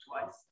twice